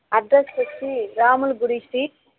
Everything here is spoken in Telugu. అడ్రస్ వచ్చి రాములు గుడి స్ట్రీట్